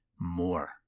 more